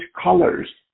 colors